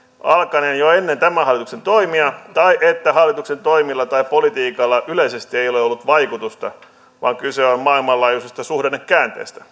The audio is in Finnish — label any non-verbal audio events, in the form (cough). alkaneen jo ennen tämän hallituksen toimia tai sanottiin että hallituksen toimilla tai politiikalla yleisesti ei ole ollut vaikutusta vaan kyse on maailmanlaajuisesta suhdannekäänteestä (unintelligible)